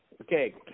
okay